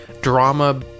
drama